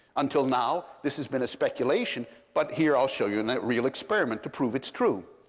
until now, this has been a speculation. but here i'll show you and a real experiment to prove it's true.